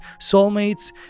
soulmates